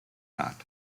not